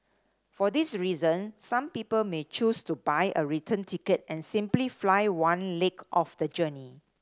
for this reason some people may choose to buy a return ticket and simply fly one leg of the journey